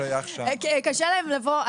קשה להם לבוא,